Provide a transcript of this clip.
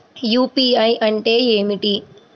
UPI అంటే ఏమిటీ?